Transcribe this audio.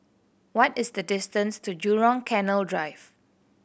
what is the distance to Jurong Canal Drive